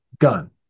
gun